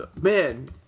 man